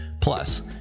Plus